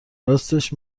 راستش